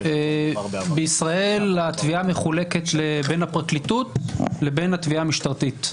בישראל התביעה מחולקת בין הפרקליטות לבין התביעה המשטרתית.